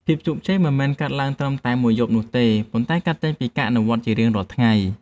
ភាពជោគជ័យមិនមែនកើតឡើងត្រឹមតែមួយយប់នោះទេ ប៉ុន្តែកើតចេញពីការអនុវត្តជារៀងរាល់ថ្ងៃ។